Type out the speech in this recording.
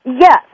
Yes